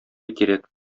кирәк